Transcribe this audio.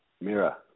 Mira